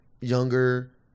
younger